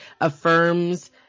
affirms